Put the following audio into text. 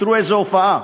תראו איזו הופעה,